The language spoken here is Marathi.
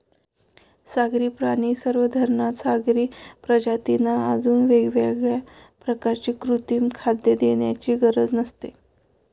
सागरी प्राणी संवर्धनात सागरी प्रजातींना अजून वेगळ्या प्रकारे कृत्रिम खाद्य देण्याची गरज नसते